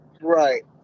Right